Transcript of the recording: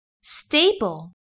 Stable